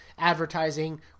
advertising